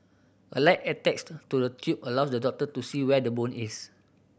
a light attached to the tube allows the doctor to see where the bone is